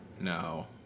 No